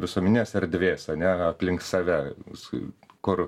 visuomenės erdvėse ane aplink save su kur